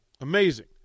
Amazing